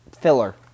filler